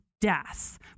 death